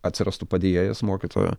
atsirastų padėjėjas mokytojo